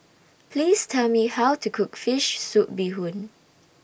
Please Tell Me How to Cook Fish Soup Bee Hoon